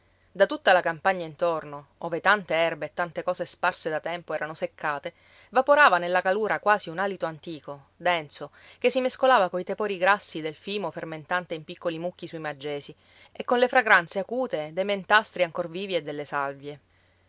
da tutta la campagna intorno ove tante erbe e tante cose sparse da tempo erano seccate vaporava nella calura quasi un alido antico denso che si mescolava coi tepori grassi del fimo fermentante in piccoli mucchi sui maggesi e con le fragranze acute dei mentastri ancor vivi e delle salvie